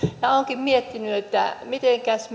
olenkin miettinyt että mitenkäs